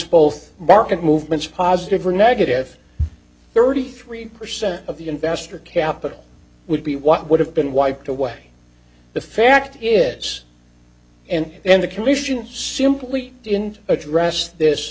both market movements positive or negative thirty three percent of the investor capital would be what would have been wiped away the fact is and the commission simply didn't address this